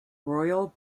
royal